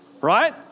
right